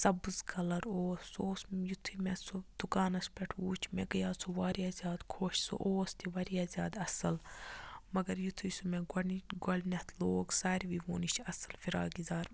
سبز کَلَر اوس سُہ اوس یُتھُے مےٚ سُہ دُکانَس پیٹھ وٕچھ مےٚ گٔیو سُہ واریاہ زیادٕ خۄش سُہ اوس تہِ واریاہ زیادٕ اصل مگر یُتھُے سُہ مےٚ گۄڈنٕچ گۄڈنیٚتھ لوگ ساروی ووٚن یہِ چھ اصل فراک یَزار